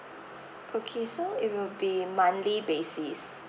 okay so it will be monthly basis